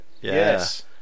Yes